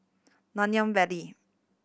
Nanyang Valley